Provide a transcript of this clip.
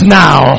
now